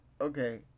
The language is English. okay